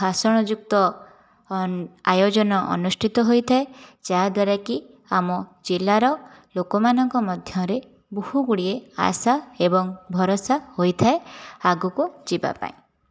ଭାଷଣଯୁକ୍ତ ଆୟୋଜନ ଅନୁଷ୍ଠିତ ହୋଇଥାଏ ଯାହାଦ୍ଵାରାକି ଆମ ଜିଲ୍ଲାର ଲୋକମାନଙ୍କ ମଧ୍ୟରେ ବହୁଗୁଡ଼ିଏ ଆଶା ଏବଂ ଭରସା ହୋଇଥାଏ ଆଗକୁ ଯିବା ପାଇଁ